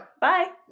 Bye